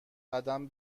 قدم